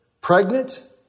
pregnant